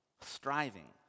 Striving